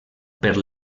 per